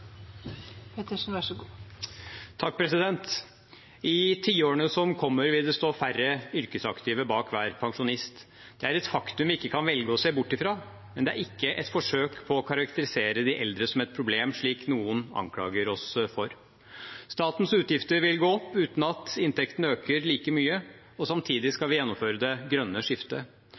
et faktum vi ikke kan velge å se bort fra. Det er ikke et forsøk på å karakterisere de eldre som et problem, slik noen anklager oss for. Statens utgifter vil gå opp, uten at inntektene øker like mye. Samtidig skal vi gjennomføre det grønne skiftet.